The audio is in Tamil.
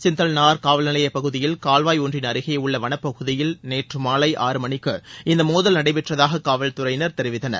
சிந்தால்நார் காவல்நிலையப் பகுதியில் கால்வாய் ஒன்றின் அருகே உள்ள வனப்பகுதியில் நேற்று மாலை ஆறு மணிக்கு இந்த மோதல் நடைபெற்றதாக காவல்துறையினர் தெரிவித்தனர்